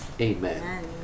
Amen